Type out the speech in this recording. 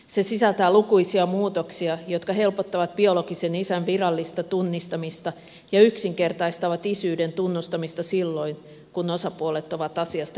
se sisältää lukuisia muutoksia jotka helpottavat biologisen isän virallista tunnistamista ja yksinkertaistavat isyyden tunnustamista silloin kun osapuolet ovat asiasta yksimielisiä